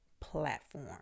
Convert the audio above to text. platform